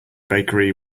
bakery